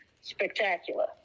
spectacular